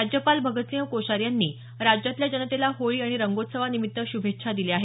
राज्यपाल भगतसिंह कोश्यारी यांनी राज्यातल्या जनतेला होळी आणि रंगोत्सवानिमित्त श्रभेच्छा दिल्या आहेत